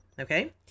Okay